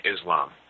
Islam